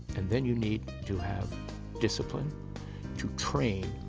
and then, you need to have discipline to train,